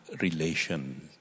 relation